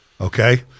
okay